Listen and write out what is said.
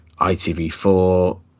ITV4